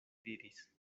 diris